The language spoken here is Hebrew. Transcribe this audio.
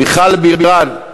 מיכל בירן,